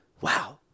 Wow